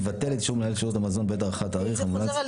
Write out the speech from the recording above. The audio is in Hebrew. מוצע סעיף קטן (ד) לאחר המילה "ועדת חריגים" יבוא "תינתן